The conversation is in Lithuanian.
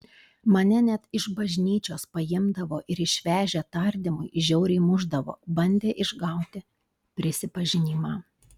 mane net iš bažnyčios paimdavo ir išvežę tardymui žiauriai mušdavo bandė išgauti prisipažinimą